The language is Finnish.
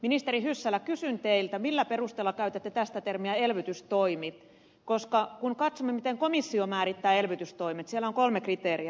ministeri hyssälä kysyn teiltä millä perusteella käytätte tästä termiä elvytystoimi koska kun katsomme miten komissio määrittää elvytystoimet siellä on kolme kriteeriä